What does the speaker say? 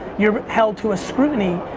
you're held to a scrutiny,